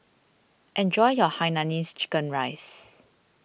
enjoy your Hainanese Chicken Rice